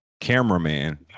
cameraman